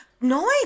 no